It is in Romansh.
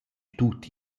tut